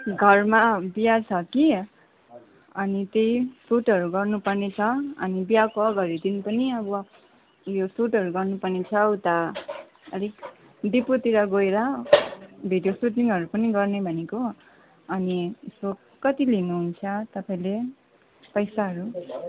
घरमा बिहा छ कि अनि त्यही सुटहरू गर्नुपर्नेछ अनि बिहाको अगाडि दिन पनि अब उयो सुटहरू गर्नुपर्ने छ उता अलिक डिपुतिर गएर भिडियो सुटिङहरू पनि गर्ने भनेको अनि यसको कति लिनुहुन्छ तपाईँले पैसाहरू